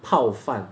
泡饭